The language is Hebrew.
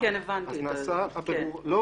אז נעשה הבירור --- כן,